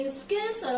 skills